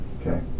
Okay